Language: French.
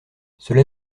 cela